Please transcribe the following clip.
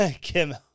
Kim